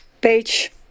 page